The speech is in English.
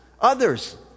others